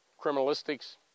criminalistics